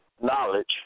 knowledge